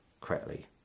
correctly